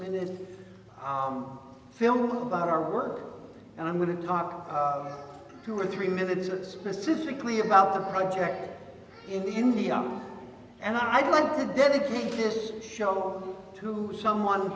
minute film about our work and i'm going to talk to or three minutes or specifically about the project in india and i'd like to dedicate this show to someone